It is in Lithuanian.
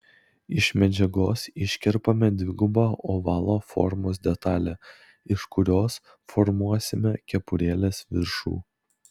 iš medžiagos iškerpame dvigubą ovalo formos detalę iš kurios formuosime kepurėlės viršų